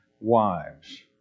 wives